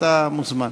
אתה מוזמן.